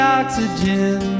oxygen